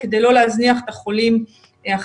כדי לא להזניח את החולים האחרים.